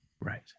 Right